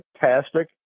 fantastic